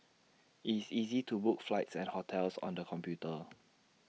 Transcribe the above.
IT is easy to book flights and hotels on the computer